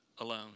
alone